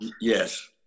Yes